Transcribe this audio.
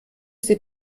sie